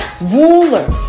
Ruler